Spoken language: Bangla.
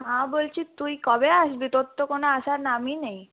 হ্যাঁ বলছি তুই কবে আসবি তোর তো কোনও আসার নামই নেই